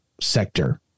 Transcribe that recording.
sector